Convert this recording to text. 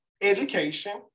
education